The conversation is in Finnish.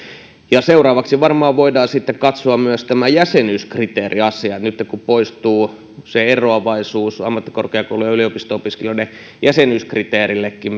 seuraavaksi varmaan voidaan sitten katsoa myös tämä jäsenyyskriteeriasia nytten kun poistuu se eroavaisuus ammattikorkeakoulu ja yliopisto opiskelijoiden jäsenyyskriteerillekin